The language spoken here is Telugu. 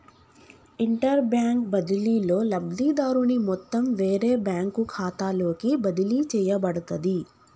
ఇంటర్బ్యాంక్ బదిలీలో, లబ్ధిదారుని మొత్తం వేరే బ్యాంకు ఖాతాలోకి బదిలీ చేయబడుతది